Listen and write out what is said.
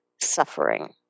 suffering